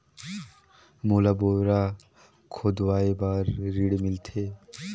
मोला बोरा खोदवाय बार ऋण मिलथे?